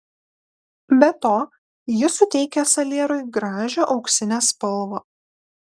be to ji suteikia salierui gražią auksinę spalvą